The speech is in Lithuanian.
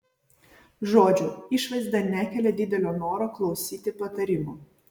žodžiu išvaizda nekelia didelio noro klausyti patarimų